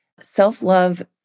Self-love